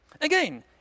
Again